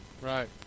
Right